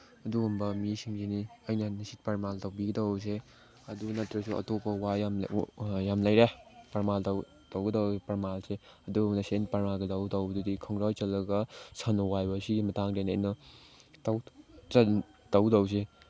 ꯑꯗꯨꯒꯨꯝꯕ ꯃꯤꯁꯤꯡꯁꯤꯅꯤ ꯑꯩꯅ ꯉꯁꯤ ꯄ꯭ꯔꯃꯥꯟ ꯇꯧꯕꯤꯒꯦ ꯇꯧꯕꯁꯦ ꯑꯗꯨ ꯅꯠꯇ꯭ꯔꯁꯨ ꯑꯇꯣꯞꯄ ꯋꯥ ꯌꯥꯝ ꯌꯥꯝ ꯂꯩꯔꯦ ꯄ꯭ꯔꯃꯥꯟ ꯇꯧꯒꯗꯧꯔꯤ ꯄ꯭ꯔꯃꯥꯟꯁꯦ ꯑꯗꯨꯕꯨ ꯉꯁꯤ ꯑꯩꯅ ꯄ꯭ꯔꯃꯥꯟ ꯇꯧꯕꯗꯨꯗꯤ ꯈꯣꯡꯒ꯭ꯔꯥꯏ ꯆꯜꯂꯒ ꯁꯟꯅ ꯋꯥꯏꯕ ꯁꯤꯒꯤ ꯃꯇꯥꯡꯗꯅꯤ ꯑꯗꯨꯅ ꯇꯧꯗꯧꯁꯦ